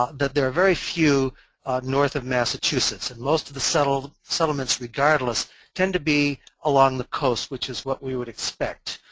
that there are very few north of massachusetts. and most of the settlements settlements regardless tend to be along the coast which is what we would expect.